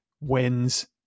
wins